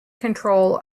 control